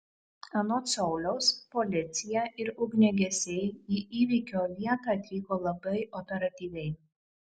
anot sauliaus policija ir ugniagesiai į įvykio vietą atvyko labai operatyviai